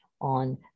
on